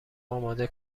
اماده